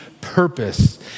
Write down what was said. purpose